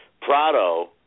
Prado